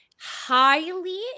highly